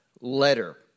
letter